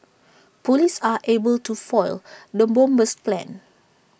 Police are able to foil the bomber's plans